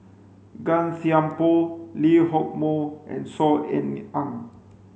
Gan Thiam Poh Lee Hock Moh and Saw Ean Ang